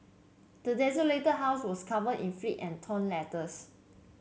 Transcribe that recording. the desolated house was covered in flit and torn letters